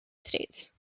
states